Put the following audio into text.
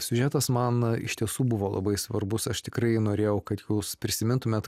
siužetas man iš tiesų buvo labai svarbus aš tikrai norėjau kad jūs prisimintumėt